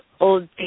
old